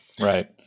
right